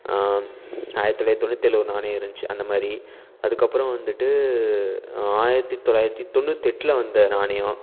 ஆயிரத்து தொள்ளாயிரத்தி தொண்ணூற்றி ஏழில் ஒரு நாணயம் இருந்துச்சி அந்தமாதிரி அதுக்கப்புறம் வந்துட்டு ஆயிரத்து தொள்ளாயிரத்தி தொண்ணூத்தெட்டில் வந்த நாணயம்